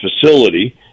facility